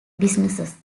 businesses